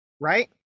Right